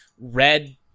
red